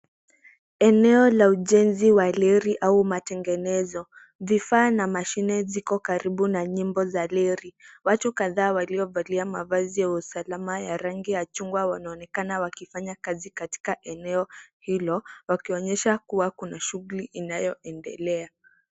Eneo wa ujenzi wa reli au matengenezo. Vifaa na mashine ziko karibu na nyumba za reli. Watu kadhaa waliovalia mavazi ya usalama ya rangi ya chungwa wanaonekana wakifanya kazi katika eneo hilo, wakionyesha kuwa kuna shughuli inayoendelea.